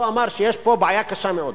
הוא אמר שיש פה בעיה קשה מאוד